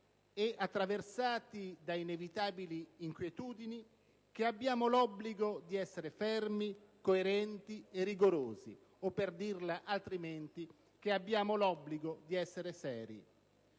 e attraversati da inevitabili inquietudini, che abbiamo l'obbligo di essere fermi, coerenti e rigorosi o, per dirla altrimenti, che abbiamo l'obbligo di essere seri.